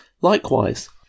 Likewise